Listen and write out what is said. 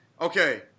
okay